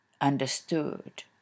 understood